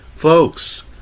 Folks